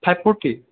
five forty